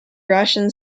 russian